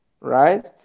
right